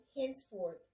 henceforth